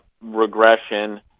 regression